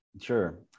sure